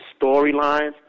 storylines